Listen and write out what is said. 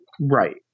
Right